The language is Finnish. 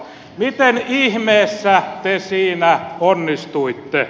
miten ihmeessä te siinä onnistuitte